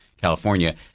California